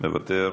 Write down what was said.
מוותר,